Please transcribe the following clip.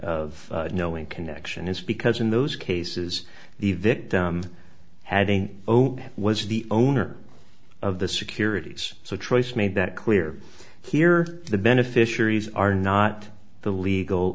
of knowing connection is because in those cases the victim having was the owner of the securities so choice made that clear here the beneficiaries are not the legal